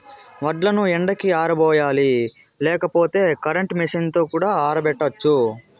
వడ్లను ఎండకి ఆరబోయాలి లేకపోతే కరెంట్ మెషీన్ తో కూడా ఆరబెట్టచ్చు